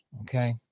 Okay